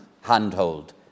handhold